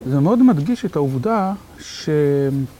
זה מאוד מדגיש את העובדה ש...